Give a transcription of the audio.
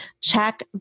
check